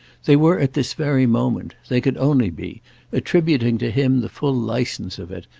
they were at this very moment they could only be attributing to him the full licence of it,